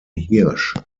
hirsch